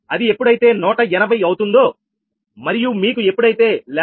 అది ఎప్పుడైతే 180 అవుతుందో మరియు మీకు ఎప్పుడైతే 𝜆73